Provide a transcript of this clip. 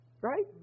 Right